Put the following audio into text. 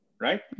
right